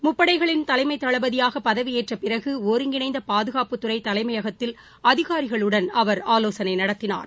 முப்படைகளின் தலைமைத் தளபதியாக பதவியேற்றப் பிறகு ஒருங்கிணைந்த பாதுகாப்புத்துறை தலைமையகத்தில் அதிகாரிகளுடன் அவர் ஆலோசனை நடத்தினார்